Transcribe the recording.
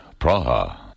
Praha